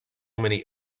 many